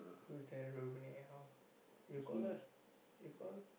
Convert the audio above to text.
who's there how you call lah you call